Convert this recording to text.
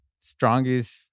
strongest